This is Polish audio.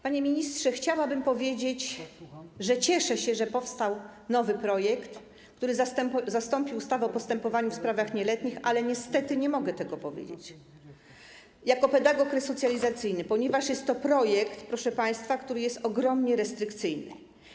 Panie ministrze, chciałabym powiedzieć, że cieszę się, że powstał nowy projekt, który zastąpił ustawę o postępowaniu w sprawach nieletnich, ale niestety nie mogę tego powiedzieć jako pedagog resocjalizacyjny, ponieważ jest to projekt, proszę państwa, który jest ogromnie restrykcyjny.